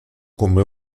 come